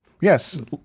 Yes